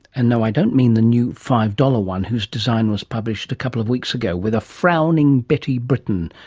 and no, i don't mean the new five dollars one whose design was published a couple of weeks ago with a frowning betty britain,